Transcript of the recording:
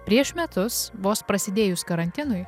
prieš metus vos prasidėjus karantinui